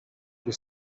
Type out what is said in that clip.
your